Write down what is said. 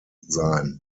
sein